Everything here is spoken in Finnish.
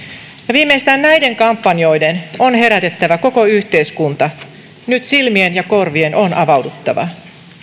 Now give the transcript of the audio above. viimeistään näiden kampanjoiden on herätettävä koko yhteiskunta nyt silmien ja korvien on avauduttava